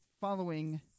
following